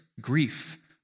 grief